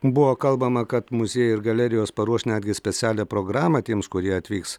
buvo kalbama kad muziejai ir galerijos paruoš netgi specialią programą tiems kurie atvyks